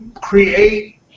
create